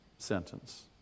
sentence